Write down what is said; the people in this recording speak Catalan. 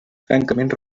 francament